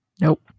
Nope